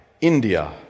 India